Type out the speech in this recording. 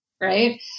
right